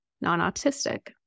non-autistic